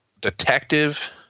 detective